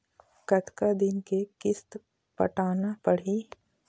कतका दिन के किस्त पटाना पड़ही?